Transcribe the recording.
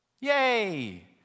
Yay